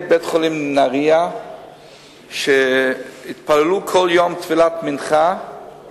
בית-חולים נהרייה שהתפללו כל יום תפילת מנחה